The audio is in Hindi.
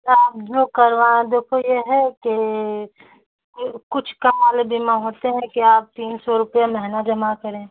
आप जो करवा देखो ये है कि कुछ कम वाले बीमा होते हैं कि आप तीन सौ रुपये महीना जमा करें